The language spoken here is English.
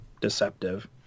deceptive